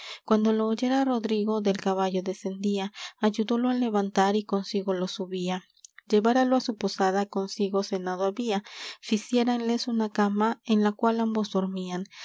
cuando lo oyera rodrigo del caballo descendía ayudólo á levantar y consigo lo subía lleváralo á su posada consigo cenado había ficiéranles una cama en la cual ambos dormían